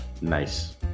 Nice